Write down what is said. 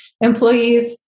employees